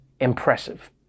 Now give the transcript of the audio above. impressive